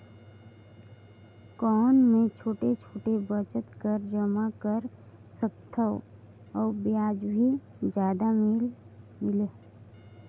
कौन मै छोटे छोटे बचत कर जमा कर सकथव अउ ब्याज भी जादा मिले?